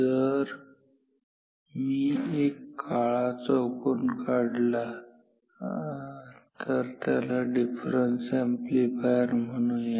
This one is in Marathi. जर मी एक काळा चौकोन काढला तर याला डिफरन्स अॅम्प्लीफायर म्हणूया